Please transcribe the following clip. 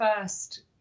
first